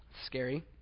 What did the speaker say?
Scary